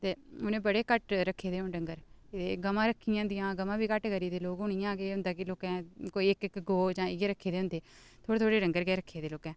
ते उ'नें बड़े घट्ट रक्खे दे होंदे डंगर ते गवां रक्खी दी होंदियां गवां बी घट्ट करी दे लोक हून इ'यां केह् होंदा कि लोकें कोई इक इक गौऽ जां इ'यै रक्खे दे होंदे थोह्ड़े थोह्ड़े डंगर गै रक्खे दे लोकें